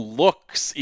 looks